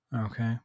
Okay